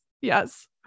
Yes